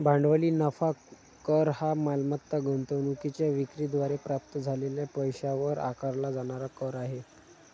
भांडवली नफा कर हा मालमत्ता गुंतवणूकीच्या विक्री द्वारे प्राप्त झालेल्या पैशावर आकारला जाणारा कर आहे